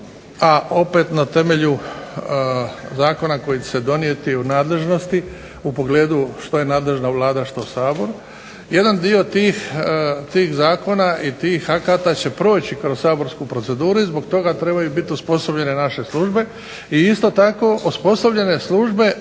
a opet na temelju zakona koji će se donijeti o nadležnosti u pogledu što je nadležna Vlada, što Sabor, jedan dio tih zakona i tih akata će proći kroz saborsku proceduru i zbog toga trebaju biti osposobljene naše službe i isto tako osposobljene službe